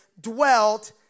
dwelt